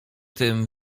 tym